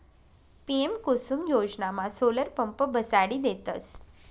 PM Kusum योजनामा solar pump बसाडी देतस